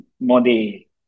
Modi